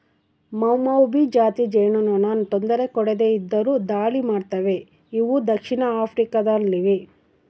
ಮೌಮೌಭಿ ಜಾತಿ ಜೇನುನೊಣ ತೊಂದರೆ ಕೊಡದೆ ಇದ್ದರು ದಾಳಿ ಮಾಡ್ತವೆ ಇವು ದಕ್ಷಿಣ ಆಫ್ರಿಕಾ ದಲ್ಲಿವೆ